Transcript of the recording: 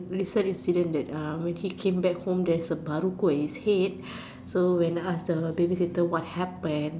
recent incident that uh when she came back home there's a Baluku on his head so when I ask the babysitter what happened